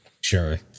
Sure